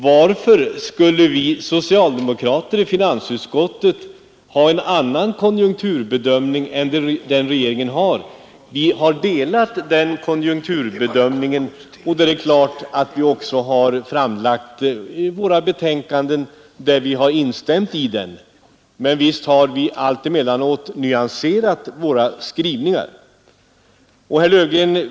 Varför skulle vi socialdemokrater i finansutskottet ha en annan konjunkturbedömning än den regeringen har? Vi har delat den konjunkturbedömningen, och då är det klart att vi också redovisat den i våra betänkanden. Men visst har vi allt emellanåt nyanserat våra skrivningar.